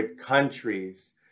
countries